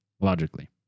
Logically